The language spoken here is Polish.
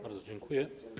Bardzo dziękuję.